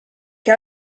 che